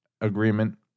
agreement